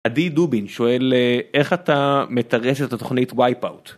עדי דובין שואל, איך אתה מטרש את התוכנית וייפאוט?